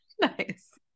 Nice